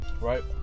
right